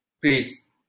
Please